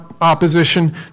opposition